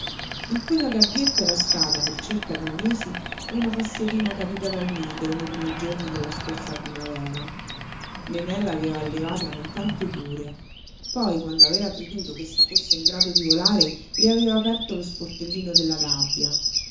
in quella gabbietta era stata per circa due mesi una passerina caduta dal nido nei primi giorni della scorsa primavera l'uomo solo luigi pirandello nené l'aveva allevata con tante cure poi quando aveva creduto ch'essa fosse in grado di volare le aveva aperto lo sportellino della gabbia